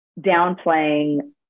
downplaying